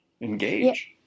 engage